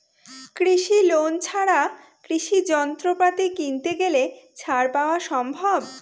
কৃষি লোন ছাড়া কৃষি যন্ত্রপাতি কিনতে গেলে ছাড় পাওয়া সম্ভব?